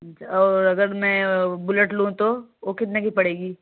अच्छा और अगर मैं बुलेट लूँ तो वो कितने की पड़ेगी